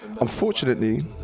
unfortunately